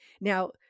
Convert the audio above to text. Now